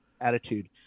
attitude